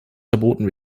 verboten